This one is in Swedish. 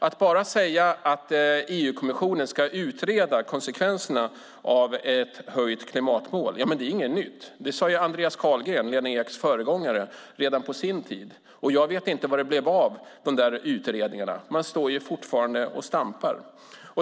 Att bara säga att EU-kommissionen ska utreda konsekvenserna av ett höjt klimatmål är ju inget nytt. Det sade Andreas Carlgren, Lena Eks föregångare, redan på sin tid. Jag vet inte vad det blev av de där utredningarna. Man står ju fortfarande och stampar.